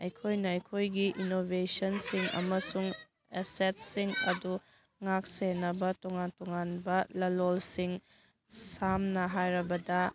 ꯑꯩꯈꯣꯏꯅ ꯑꯩꯈꯣꯏꯒꯤ ꯏꯅꯣꯕꯦꯁꯟꯁꯤꯡ ꯑꯃꯁꯨꯡ ꯑꯦꯁꯦꯠꯁꯤꯡ ꯑꯗꯨ ꯉꯥꯛ ꯁꯦꯟꯅꯕ ꯇꯣꯉꯥꯟ ꯇꯣꯉꯥꯟꯕ ꯂꯥꯂꯣꯡꯁꯤꯡ ꯁꯝꯅ ꯍꯥꯏꯔꯕꯗ